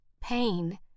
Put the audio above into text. Pain